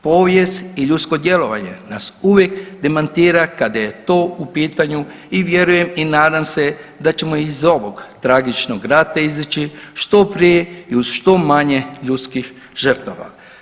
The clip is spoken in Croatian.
Povijest i ljudsko djelovanje nas uvijek demantira kada je to u pitanju i vjerujem i nadam se da ćemo iz ovog tragičnog rata izaći što prije i uz što manje ljudskih žrtava.